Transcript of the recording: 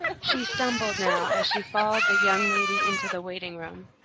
she stumbled now as she followed the young lady into the waiting-room.